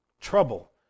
Trouble